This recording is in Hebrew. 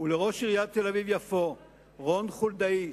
לראש עיריית תל-אביב יפו רון חולדאי,